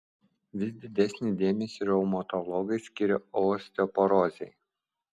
vis didesnį dėmesį reumatologai skiria osteoporozei